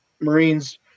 marines